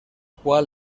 qual